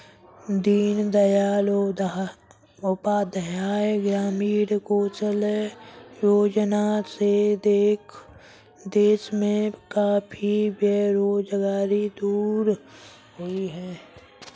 दीन दयाल उपाध्याय ग्रामीण कौशल्य योजना से देश में काफी बेरोजगारी दूर हुई है